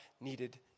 needed